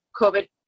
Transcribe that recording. COVID